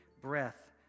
breath